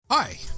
Hi